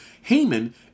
Haman